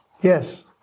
yes